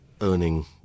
earning